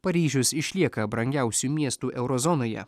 paryžius išlieka brangiausiu miestu euro zonoje